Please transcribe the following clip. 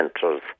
centres